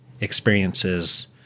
experiences